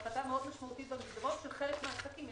הפחתה משמעותית מאוד במקדמות של חלק מהעסקים.